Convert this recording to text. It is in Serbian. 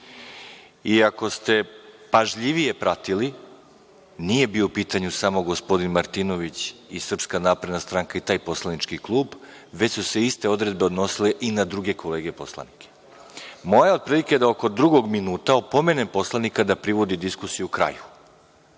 Ako ste pažljivije pratili, nije bio u pitanju samo gospodin Martinović i SNS i taj poslanički klub, već su se iste odredbe odnosile i na druge kolege poslanike. Moje je otprilike oko drugog minuta opomenem poslanika da privede diskusiju kraju